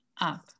up